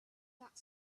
that